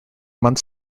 month